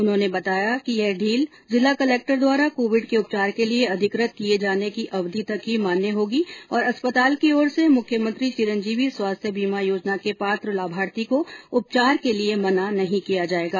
उन्होंने बताया कि यह ढील जिला कलेक्टर द्वारा कोविड के उपचार के लिए अधिकृत किए जाने की अवधि तक ही मान्य होगी और अस्पताल की ओर से मुख्यमंत्री चिरंजीवी स्वास्थ्य बीमा योजना के पात्र लाभार्थी को उपचार के लिए मना नहीं किया जाएगा